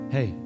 Hey